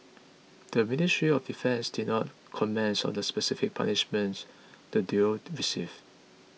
the Ministry of Defence did not comment on the specific punishments the duo received